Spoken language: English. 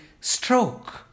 stroke